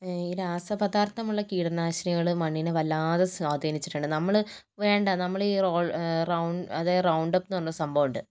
ഈ രാസ പദാർത്ഥമുള്ള കീടനാശിനികൾ മണ്ണിനെ വല്ലാതെ സ്വാധിനിച്ചിട്ടുണ്ട് നമ്മൾ വേണ്ട നമ്മൾ ഈ റൗണ്ട് അതായത് റൗണ്ട് അപ്പ് എന്ന് പറയുന്ന ഒരു സംഭവം ഉണ്ട്